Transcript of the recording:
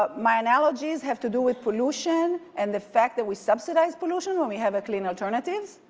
ah my analogies have to do with pollution and the fact that we subsidize pollution when we have a clean alternatives.